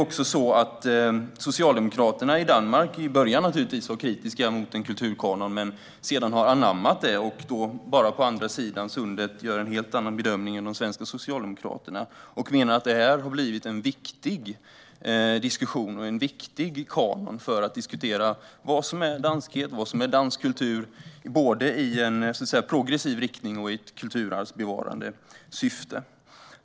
Även Socialdemokraterna i Danmark var naturligtvis kritiska till en kulturkanon i början. Sedan har man dock anammat det. På andra sidan sundet gör man alltså en helt annan bedömning än de svenska Socialdemokraterna och menar att det här har blivit en viktig diskussion och en viktig kanon för att diskutera vad som är danskhet och dansk kultur, både i en progressiv riktning och i ett kulturarvsbevarande syfte.